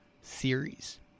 Series